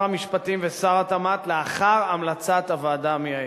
המשפטים ושר התמ"ת לאחר המלצת הוועדה המייעצת.